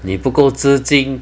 你不够资金